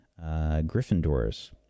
Gryffindors